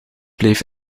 bleef